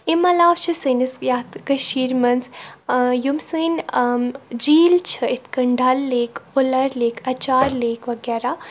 امہِ عَلاو چھِ سٲنِس یَتھ کٔشیٖر منٛز یِم سٲنۍ جیٖل چھِ یِتھ کٔنۍ Dal lake Wular lake Anchar lake وَغیرَہ